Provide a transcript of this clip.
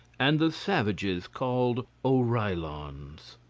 and the savages called oreillons.